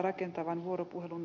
arvoisa puhemies